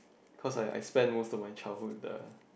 cause I I spent most of my childhood the